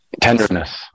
Tenderness